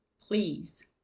please